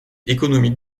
économique